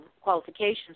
qualifications